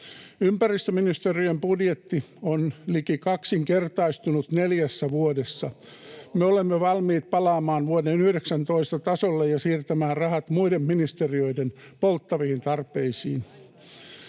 Ympäristöministeriön budjetti on liki kaksinkertaistunut neljässä vuodessa. Me olemme valmiit palaamaan vuoden 19 tasolle ja siirtämään rahat muiden ministeriöiden polttaviin tarpeisiin.